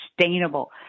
sustainable